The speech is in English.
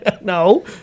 no